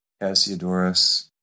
Cassiodorus